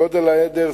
גודל העדר,